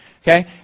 okay